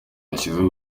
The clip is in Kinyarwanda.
yashyizeho